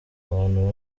abantu